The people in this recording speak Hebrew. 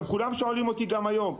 גם היום,